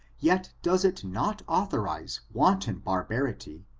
yet does it not authorize wanton bar barity,